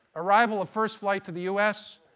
arrival of first flight to the u s.